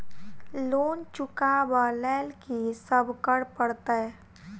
Loan चुका ब लैल की सब करऽ पड़तै?